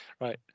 Right